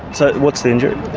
so what's the injury?